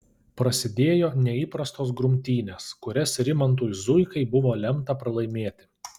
prasidėjo neįprastos grumtynės kurias rimantui zuikai buvo lemta pralaimėti